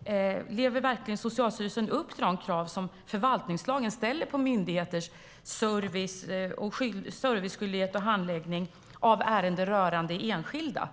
undra: Lever Socialstyrelsen verkligen upp till de krav som förvaltningslagen ställer på myndigheters serviceskyldighet och handläggning av ärenden rörande enskilda?